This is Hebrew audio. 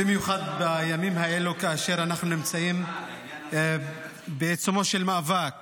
במיוחד בימים האלו כאשר אנחנו נמצאים בעיצומו של מאבק